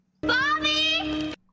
Bobby